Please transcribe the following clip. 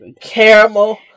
Caramel